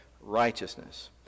Righteousness